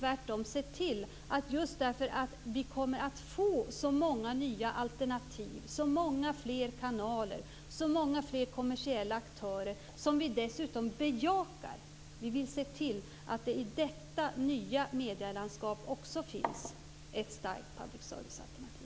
Vi kommer att få många nya alternativ, många fler kanaler och många fler kommersiella aktörer, som vi dessutom bejakar. Just därför vill vi tvärtom se till att det i detta nya medielandskap också finns ett starkt public service-alternativ.